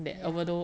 ya